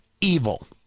evil